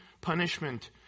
punishment